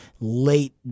late